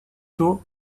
tôt